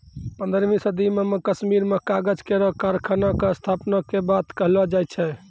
पन्द्रहवीं सदी म कश्मीर में कागज केरो कारखाना क स्थापना के बात कहलो जाय छै